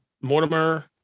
Mortimer